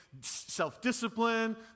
self-discipline